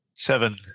seven